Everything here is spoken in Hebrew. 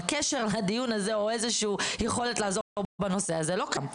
אבל קשר לדיון הזה או איזשהו יכולת לעזור בנושא הזה לא קיים,